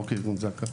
לא כארגון זק״א,